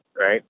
Right